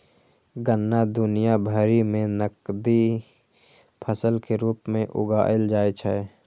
गन्ना दुनिया भरि मे नकदी फसल के रूप मे उगाएल जाइ छै